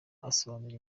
asobanura